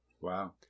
Wow